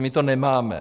My to nemáme.